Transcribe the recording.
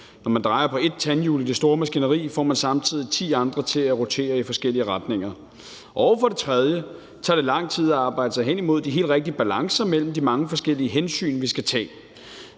Når man drejer på et tandhjul i det store maskineri, får man samtidig ti andre til at rotere i forskellige retninger. Og for det tredje tager det lang tid at arbejde sig hen imod de helt rigtige balancer mellem de mange forskellige hensyn, vi skal tage.